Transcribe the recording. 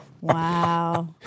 Wow